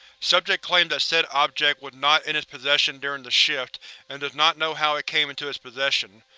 subject claimed that said object was not in its possession during the shift and does not know how it came into its possession.